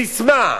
ססמה.